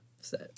set